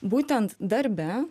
būtent darbe